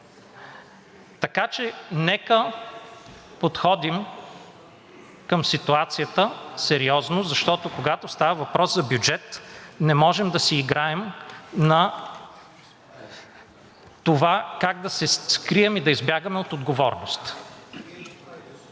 Така че нека подходим към ситуацията сериозно, защото, когато става въпрос за бюджет, не можем да си играем на това как да се скрием и да избягаме от отговорност.